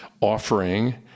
offering